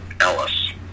Ellis